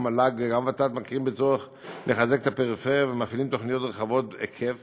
מל"ג וות"ת מכירים בצורך לחזק את הפריפריה ומפעילים תוכניות רחבות היקף